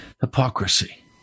hypocrisy